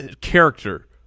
character